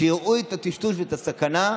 כשיראו את הטשטוש ואת הסכנה,